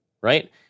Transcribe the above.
right